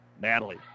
Natalie